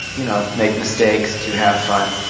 you know make mistakes, to have fun.